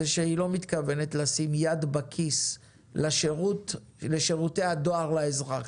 שהיא לא מתכוונת לשים יד בכיס לשירותי הדואר לאזרח.